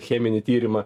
cheminį tyrimą